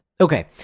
Okay